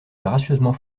gracieusement